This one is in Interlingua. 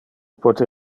pote